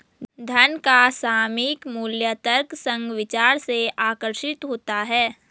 धन का सामयिक मूल्य तर्कसंग विचार से आकर्षित होता है